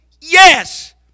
Yes